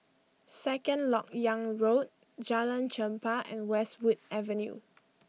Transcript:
Second Lok Yang Road Jalan Chempah and Westwood Avenue